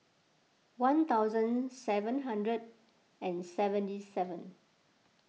one thousand seven hundred and seventy seven